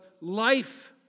life